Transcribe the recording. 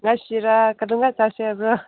ꯉꯁꯤꯔꯥ ꯀꯩꯗꯧꯉꯩ ꯆꯥꯁꯤ ꯍꯥꯏꯕ꯭ꯔꯣ